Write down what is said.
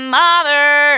mother